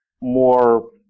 more